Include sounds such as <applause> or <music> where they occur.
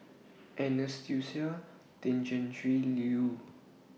<unintelligible> Tjendri Liew